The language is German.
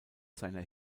seiner